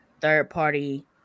third-party